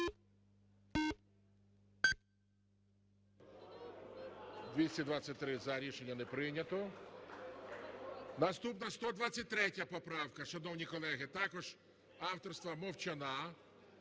За-223 Рішення не прийнято. Наступна 123 поправка, шановні колеги, також авторства Мовчана.